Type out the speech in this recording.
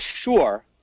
sure